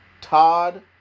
Todd